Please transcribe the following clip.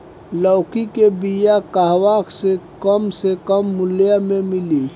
लौकी के बिया कहवा से कम से कम मूल्य मे मिली?